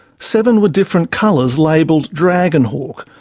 seven were different colours labelled dragon hawk,